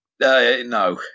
No